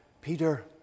Peter